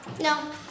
No